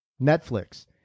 Netflix